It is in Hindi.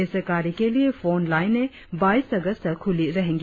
इस कार्य के लिए फोन लाइने बाइस अगस्त तक खुली रहेंगी